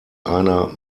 einer